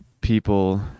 people